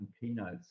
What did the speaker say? keynotes